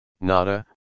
nada